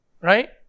right